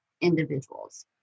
individuals